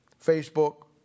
Facebook